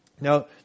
Now